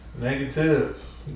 Negative